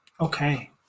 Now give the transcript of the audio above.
Okay